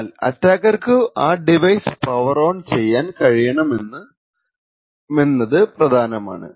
എന്നാൽ അറ്റാക്കർക്കു ആ ഡിവൈസ് പവർ ഓൺ ചെയ്യാൻ കഴിയണമെന്നത് പ്രധാനമാണ്